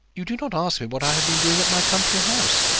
you do not ask me what i have been doing at my country-house.